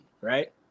right